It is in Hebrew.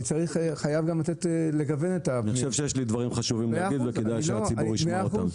אני חושב שיש לי דברים חשובים להגיד וכדאי שהציבור ישמע אותם.